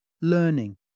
learning